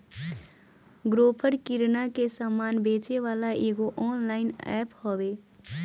Grofer किरणा के सामान बेचेवाला एगो ऑनलाइन एप्प हवे